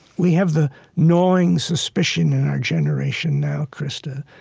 we have the gnawing suspicion in our generation now, krista,